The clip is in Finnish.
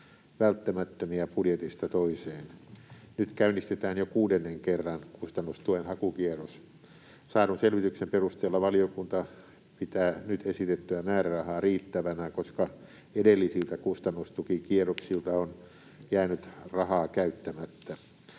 välttämättömiä budjetista toiseen. Nyt käynnistetään jo kuudennen kerran kustannustuen hakukierros. Saadun selvityksen perusteella valiokunta pitää nyt esitettyä määrärahaa riittävänä, koska edellisiltä kustannustukikierroksilta on jäänyt rahaa käyttämättä.